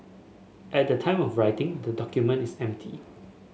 at the time of writing the document is empty